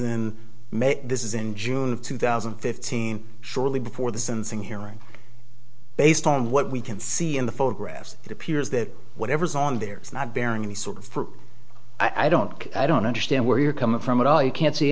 then this is in june of two thousand and fifteen shortly before the sentencing hearing based on what we can see in the photographs it appears that whatever's on there is not bearing any sort of i don't i don't understand where you're coming from at all you can't see